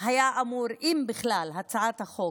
היה אמור, אם בכלל לדון בהצעת החוק,